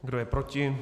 Kdo je proti?